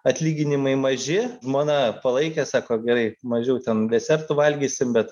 atlyginimai maži žmona palaikė sako gerai mažiau ten desertų valgysim bet